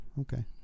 okay